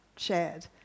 shared